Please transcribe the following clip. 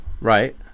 Right